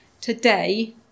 Today